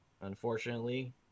unfortunately